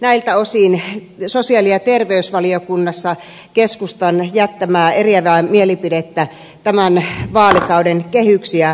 esittelen näiltä osin sosiaali ja terveysvaliokunnassa keskustan jättämää eriävää mielipidettä tämän vaalikauden kehyksiä ajatellen